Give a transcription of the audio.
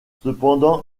cependant